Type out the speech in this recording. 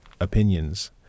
opinions